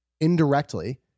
indirectly